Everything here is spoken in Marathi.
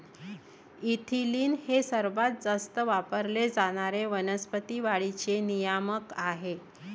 इथिलीन हे सर्वात जास्त वापरले जाणारे वनस्पती वाढीचे नियामक आहे